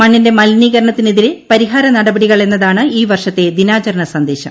മണ്ണിന്റെ മലിനീകരണത്തിന് എതിരെ പരിഹാര നടപടികൾ എന്നതാണ് ഈ വർഷത്തെ ദിനാചരണ സന്ദേശം